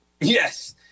Yes